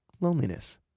loneliness